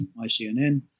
ICNN